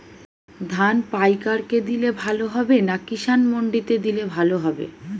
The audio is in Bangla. ধান পাইকার কে দিলে ভালো হবে না কিষান মন্ডিতে দিলে ভালো হবে?